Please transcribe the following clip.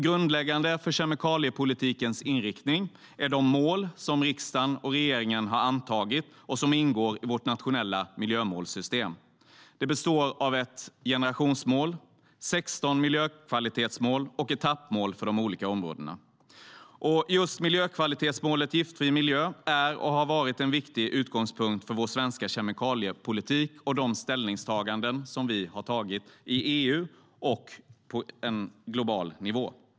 Grundläggande för kemikaliepolitikens inriktning är de mål som riksdagen och regeringen har antagit och som ingår i vårt nationella miljömålssystem. Det består av ett generationsmål, 16 miljökvalitetsmål och etappmål för de olika områdena. Just miljökvalitetsmålet Giftfri miljö är och har varit en viktig utgångspunkt för vår svenska kemikaliepolitik och de ställningstaganden vi har gjort i EU och på en global nivå.